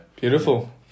Beautiful